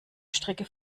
strecke